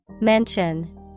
Mention